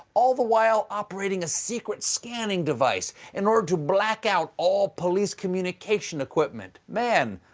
all the while operating a secret scanning device in order to black out all police communications equipment. man,